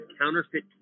counterfeit